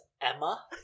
Emma